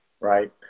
Right